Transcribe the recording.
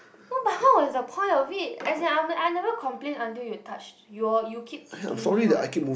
not but what was the point of it as in I I never complain until you touch your you keep kicking me what